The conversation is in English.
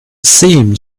seemed